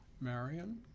Marion